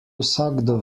vsakdo